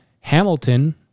Hamilton